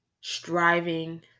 striving